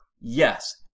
Yes